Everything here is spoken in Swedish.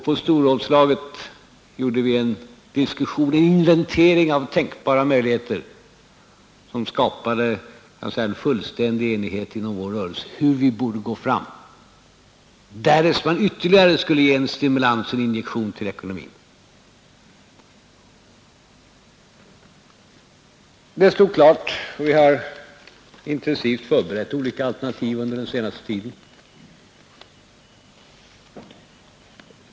På storrådslaget gjordes en inventering av tänkbara möjligheter och den skapade en fullständig enighet inom vår rörelse om hur vi borde gå fram, därest man ytterligare skulle ge en stimulans och en injektion åt ekonomin. Vi har inom regeringen intensivt förberett olika alternativ under den senaste tiden.